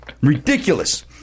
Ridiculous